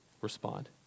respond